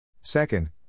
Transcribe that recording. Second